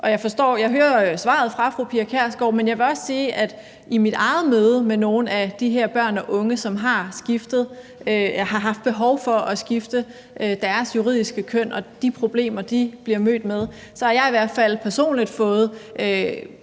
jeg hører svaret fra fru Pia Kjærsgaard. Men jeg vil også sige, at jeg i mit eget møde med nogle af de her børn og unge, som har haft behov for at skifte deres juridiske køn, hvor jeg har hørt om de problemer, de bliver mødt med, i hvert fald personligt har